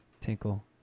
tinkle